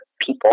people